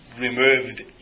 removed